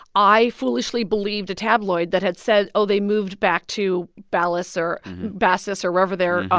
i foolishly believed a tabloid that had said, oh, they moved back to balas or basas or wherever their